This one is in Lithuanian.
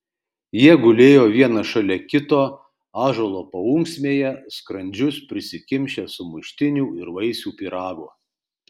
jie gulėjo vienas šalia kito ąžuolo paunksmėje skrandžius prisikimšę sumuštinių ir vaisių pyrago